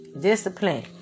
Discipline